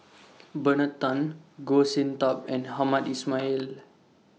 Bernard Tan Goh Sin Tub and Hamed Ismail